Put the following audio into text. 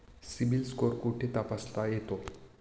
CIBIL score कुठे तपासता येतो?